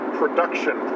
production